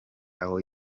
aho